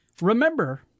Remember